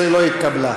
15 לא התקבלה.